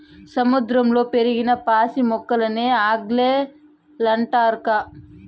సముద్రంలో పెరిగిన పాసి మొక్కలకే ఆల్గే లంటారక్కా